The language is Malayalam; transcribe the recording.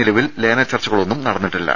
നിലവിൽ ലയന ചർച്ചകളൊന്നും നടന്നിട്ടില്ല